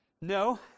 No